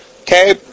Okay